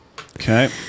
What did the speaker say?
Okay